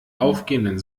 aufgehenden